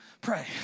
Pray